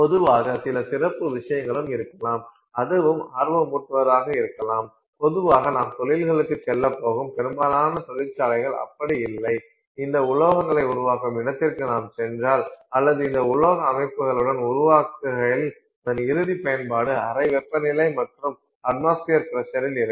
பொதுவாக சில சிறப்பு விசயங்களும் இருக்கலாம் அதுவும் ஆர்வமுட்டுவதாக இருக்கலாம் பொதுவாக நாம் தொழில்களுக்கு செல்லப் போகும் பெரும்பாலான தொழிற்சாலைகள் அப்படி இல்லை இந்த உலோகங்களை உருவாக்கும் இடத்திற்கு நாம் சென்றால் அல்லது இந்த உலோக அமைப்புகளுடன் உருவாக்குகையில் அதன் இறுதி பயன்பாடு அறை வெப்பநிலை மற்றும் அட்மாஸ்பியர் ப்ரசரில் இருக்கும்